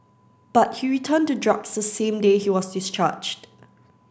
but he returned to drugs the same day he was discharged